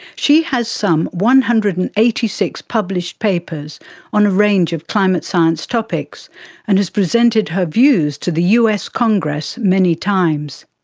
she has some one hundred and eighty six published papers on a range of climate science topics and has presented her views to the us congress many times.